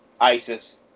Isis